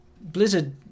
Blizzard